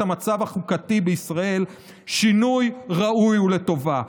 המצב החוקתי בישראל שינוי ראוי ולטובה.